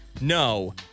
No